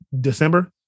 December